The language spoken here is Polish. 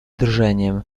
drżeniem